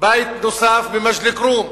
בית נוסף במג'ד-אל-כרום,